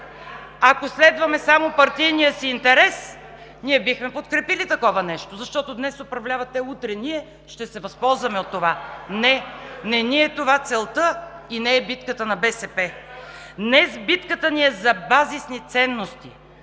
Ако следваме само партийния си интерес, ние бихме подкрепили такова нещо, защото днес управляват те, утре ние, ще се възползваме от това. Не, не ни е това целта и не е битката на БСП! Битката ни днес е за базисни ценности